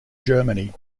germany